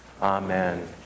Amen